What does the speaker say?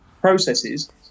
processes